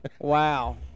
wow